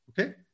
okay